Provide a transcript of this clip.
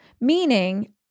meaning